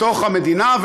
מתוך המדינה,